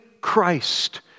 Christ